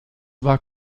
war